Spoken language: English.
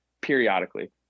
periodically